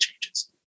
changes